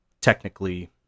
technically